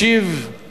ישיב על